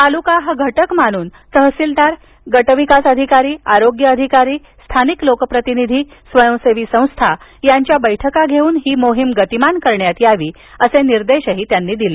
तालुका हा घटक मानून तहसिलदार गट विकास अधिकारी आरोग्य अधिकारी स्थानिक लोकप्रतिनिधी स्वयंसेवी संस्थार यांच्यात बैठका घेऊन ही मोहीम गतीमान करण्यात यावी असे निर्देशही त्यांनी दिले